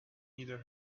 either